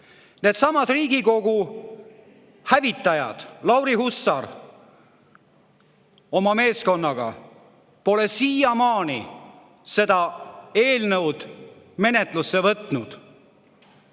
Needsamad Riigikogu hävitajad, Lauri Hussar oma meeskonnaga, pole siiamaani seda eelnõu menetlusse võtnud.